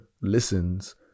listens